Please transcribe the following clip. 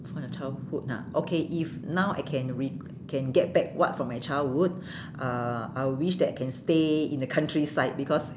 from your childhood ah okay if now I can re~ can get back what from my childhood uh I would wish that can stay in the countryside because